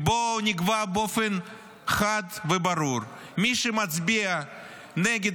כי בואו נקבע באופן חד וברור: מי שמצביע נגד